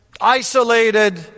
isolated